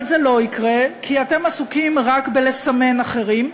אבל זה לא יקרה, כי אתם עסוקים רק בלסמן אחרים.